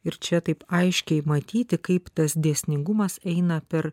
ir čia taip aiškiai matyti kaip tas dėsningumas eina per